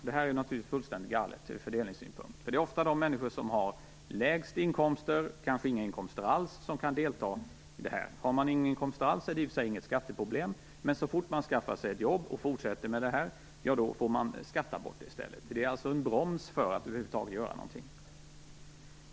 Det här är naturligtvis fullständigt galet ur fördelningssynpunkt. Det är ofta de människor som har lägst inkomster, kanske inga inkomster alls, som kan delta i detta. Har man ingen inkomst alls är det i och för sig inget skatteproblem, men så fort man skaffar sig ett jobb och fortsätter med det här får man skatta bort det. Det är alltså en broms för att över huvud taget göra någonting.